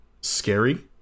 scary